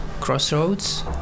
crossroads